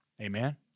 Amen